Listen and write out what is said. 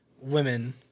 women